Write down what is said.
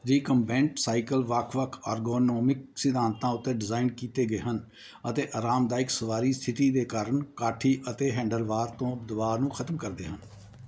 recumbent cycle ਵੱਖ ਵੱਖ ergonomic ਸਿਧਾਂਤਾਂ ਉੱਤੇ ਡਿਜ਼ਾਈਨ ਕੀਤੇ ਗਏ ਹਨ ਅਤੇ ਆਰਾਮਦਾਇਕ ਸਵਾਰੀ ਸਥਿਤੀ ਦੇ ਕਾਰਨ ਕਾਠੀ ਅਤੇ ਹੈਂਡਲਬਾਰ ਤੋਂ ਦਬਾਅ ਨੂੰ ਖਤਮ ਕਰਦੇ ਹਨ